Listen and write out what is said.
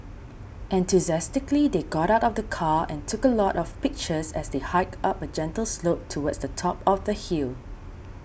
enthusiastically they got out of the car and took a lot of pictures as they hiked up a gentle slope towards the top of the hill